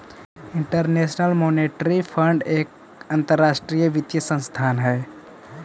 international monetary fund एक अंतरराष्ट्रीय वित्तीय संस्थान हई